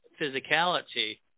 physicality